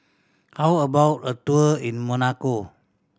how about a tour in Monaco